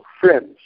friends